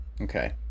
Okay